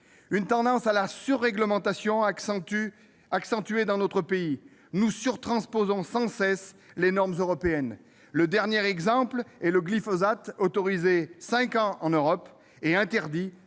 une tendance à la surréglementation accentuée. Nous surtransposons sans cesse les normes européennes- dernier exemple : le glyphosate, autorisé cinq ans en Europe, sera interdit